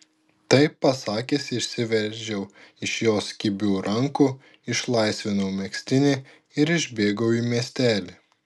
tai pasakęs išsiveržiau iš jos kibių rankų išlaisvinau megztinį ir išbėgau į miestelį